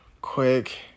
quick